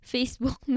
Facebook